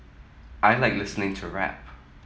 I like listening to rap